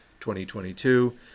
2022